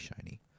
shiny